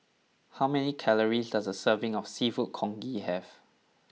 how many calories does a serving of Seafood Congee have